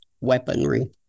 weaponry